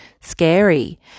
scary